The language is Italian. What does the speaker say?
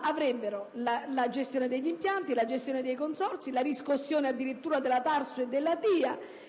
avrebbero la gestione degli impianti, la gestione dei consorzi e la riscossione addirittura della TARSU e della TIA,